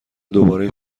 دوباره